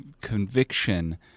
conviction